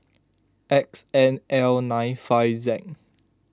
X N L nine five Z